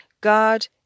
God